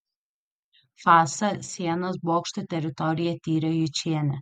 fasą sienas bokštų teritoriją tyrė jučienė